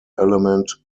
element